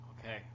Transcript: Okay